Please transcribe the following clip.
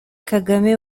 kagame